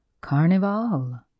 carnival